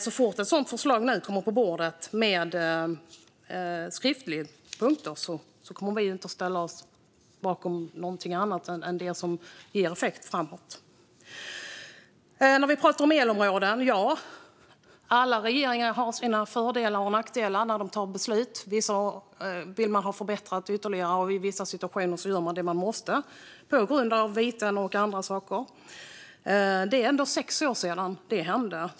Så fort ett sådant skriftligt förslag med olika punkter läggs på bordet kommer vi inte att ställa oss bakom någonting annat än det som framöver ger effekt. Vad gäller elområden har väl alla regeringar sina fördelar och nackdelar när de fattar beslut. Vissa hade man kunnat förbättra ytterligare, och i vissa situationer gör man det man måste på grund av viten och annat. Det är ändå sex år sedan detta hände.